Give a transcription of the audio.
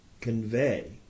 convey